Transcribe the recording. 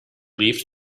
leafed